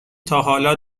تاحالا